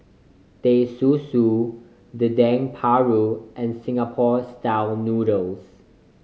Teh Susu Dendeng Paru and Singapore Style Noodles